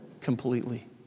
completely